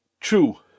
true